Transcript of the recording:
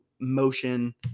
motion